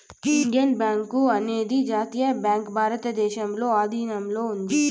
Indian bank అనేది జాతీయ bank భారతదేశంలో ఆధీనంలో ఉంది